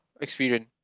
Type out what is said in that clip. experience